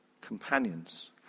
companions